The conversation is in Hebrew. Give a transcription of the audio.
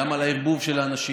גם על הערבוב של האנשים.